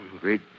Great